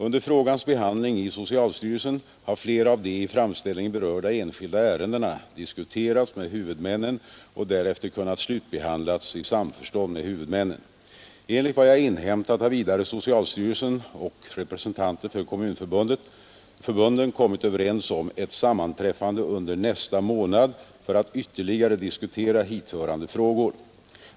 Under frågans behandling i socialstyrelsen har flera av de i framställningen berörda enskilda ärendena diskuterats med huvudmännen och därefter kunnat slutbehandlas i samförstånd med huvudmännen. Enligt vad jag inhämtat har vidare socialstyrelsen och representanter för kommunför bunden kommit överens om ett sammanträffande under nästa månad för att ytterligare diskutera hithörande frågor.